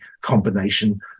combination